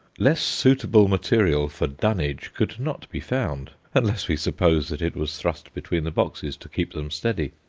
less suitable material for dunnage could not be found, unless we suppose that it was thrust between the boxes to keep them steady.